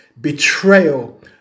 betrayal